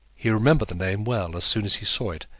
he remembered the name well as soon as he saw it,